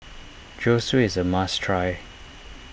Zosui is a must try